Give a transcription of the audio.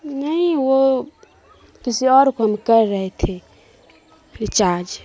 نہیں وہ کسی اور کو ہم کر رہے تھے ریچارج